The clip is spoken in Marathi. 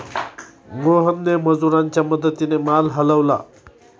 मोहनने मजुरांच्या मदतीने माल हलवला